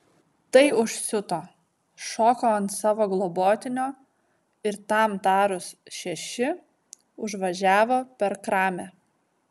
tai užsiuto šoko ant savo globotinio ir tam tarus šeši užvažiavo per kramę